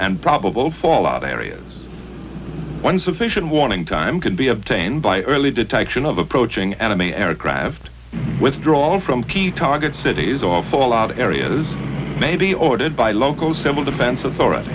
and probable fallout areas sufficient warning time could be obtained by early detection of approaching enemy aircraft withdrawal from key targets cities or fallout areas may be ordered by local civil defense authorit